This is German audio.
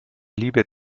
liebe